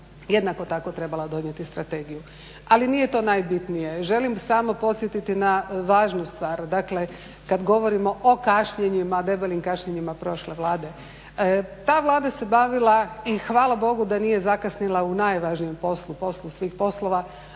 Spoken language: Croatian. jednako tako trebala donijeti strategiju. Ali nije to najbitnije. Želim samo podsjetiti na važnu stvar. Dakle, kad govorimo o kašnjenjima, debelim kašnjenjima prošle Vlade ta Vlada se bavila i hvala Bogu da nije zakasnila u najvažnijem poslu, poslu svih poslova